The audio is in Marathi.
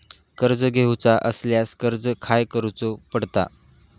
कर्ज घेऊचा असल्यास अर्ज खाय करूचो पडता?